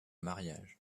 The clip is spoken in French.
mariages